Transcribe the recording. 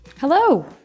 Hello